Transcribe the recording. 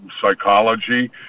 psychology